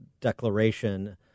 declaration